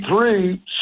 three